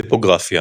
טופוגרפיה